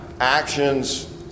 Actions